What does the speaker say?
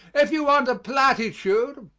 if you want a platitude,